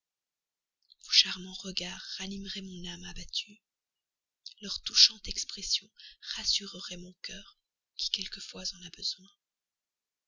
charmants regards ranimeraient mon âme abattue leur touchante expression rassurerait mon cœur qui quelquefois en a besoin